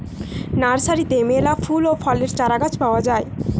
নার্সারিতে মেলা ফুল এবং ফলের চারাগাছ পাওয়া যায়